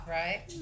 right